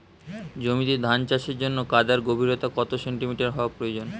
জমিতে ধান চাষের জন্য কাদার গভীরতা কত সেন্টিমিটার হওয়া প্রয়োজন?